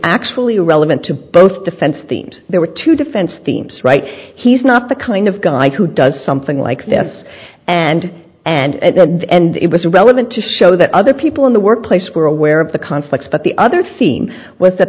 actually relevant to both defense teams there were two defense teams right he's not the kind of guy who does something like this and and it was relevant to show that other people in the workplace were aware of the conflicts but the other theme was that